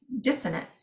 dissonant